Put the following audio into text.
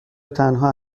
تنها